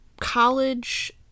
college